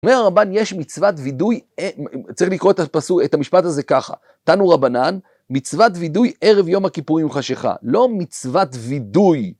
אומר רבן יש מצוות וידוי, צריך לקרוא את המשפט הזה ככה, תנו רבנן, מצוות וידוי ערב יום הכיפור עם חשיכה, לא מצוות וידוי.